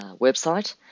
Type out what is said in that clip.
website